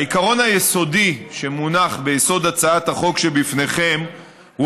העיקרון היסודי שמונח ביסוד הצעת החוק שלפניכם הוא